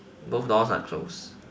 both doors are closed